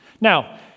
Now